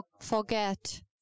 forget